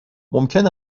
ممکن